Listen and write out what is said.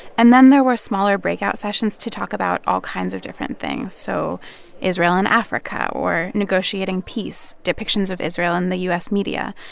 and then there were smaller breakout sessions to talk about all kinds of different things. so israel and africa, or negotiating peace, depictions of israel in the u s. media.